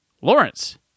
Lawrence